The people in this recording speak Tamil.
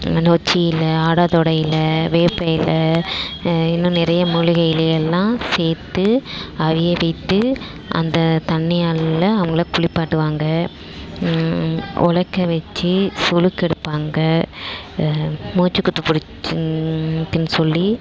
நொச்சி இலை ஆடா தொடை இலை வேப்ப இலை இன்னும் நிறைய மூலிகை இலையெல்லாம் சேர்த்து அவிய வைத்து அந்த தண்ணியால் அவங்கள குளிப்பாட்டுவாங்க உலக்க வச்சு சுளுக்கெடுப்பாங்க மூச்சு குத்து பிடிச்சி இருக்குதுன்னு சொல்லி